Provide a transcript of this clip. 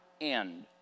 end